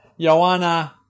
Joanna